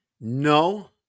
No